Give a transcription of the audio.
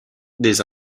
des